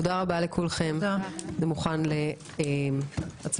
תודה רבה לכולכם, זה מוכן לקריאה